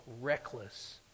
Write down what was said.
reckless